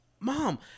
Mom